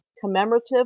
commemorative